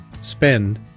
spend